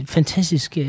Fantastisk